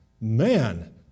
Man